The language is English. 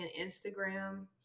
Instagram